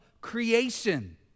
creation